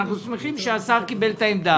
אנחנו שמחים שהשר קיבל את העמדה הזאת.